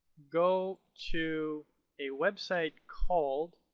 go to a website called